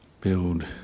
build